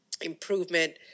improvement